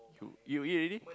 you you eat already